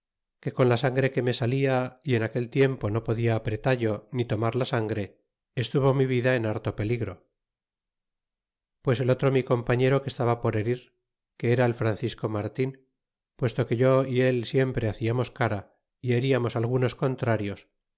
que con la sangre que me sana i aquel tiempo no podia apretallo ni tornar la sangre estuvo mi vida en harto peligro pues el otro mi compañero que estaba por herir que era el francisco martin puesto que yo y él siempre haciamos cara y heriamos algunos contrarios